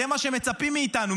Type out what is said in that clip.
זה מה שמצפים מאיתנו.